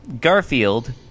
Garfield